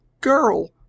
girl